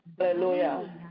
Hallelujah